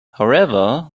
however